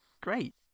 Great